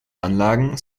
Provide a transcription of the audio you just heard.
anlagen